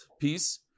piece